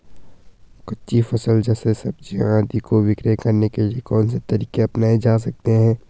कच्ची फसल जैसे सब्जियाँ आदि को विक्रय करने के लिये कौन से तरीके अपनायें जा सकते हैं?